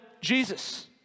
Jesus